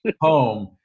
home